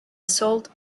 assault